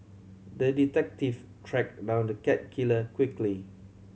the detective track down the cat killer quickly